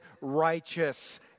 righteous